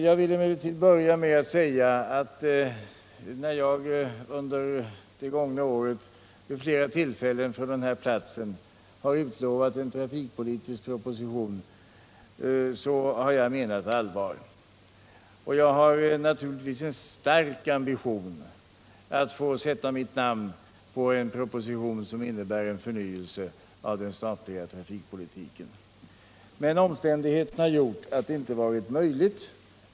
Jag vill emellertid börja med att säga, att när jag vid flera tillfällen under det gångna året från den här platsen har utlovat en trafikpolitisk proposition så har jag menat allvar. Jag har naturligtvis en stark ambition att få sätta mitt namn under en proposition som innebär en förnyelse av den statliga trafikpolitiken. Men omständigheterna har gjort att detta inte varit möjligt.